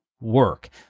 work